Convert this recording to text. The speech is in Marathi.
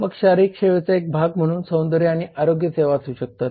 मग शारीरिक सेवेचा एक भाग म्हणून सौंदर्य आणि आरोग्य सेवा असू शकतात